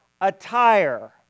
attire